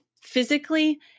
physically